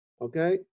Okay